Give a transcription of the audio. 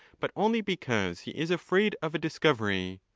but only because he is afraid of a discovery,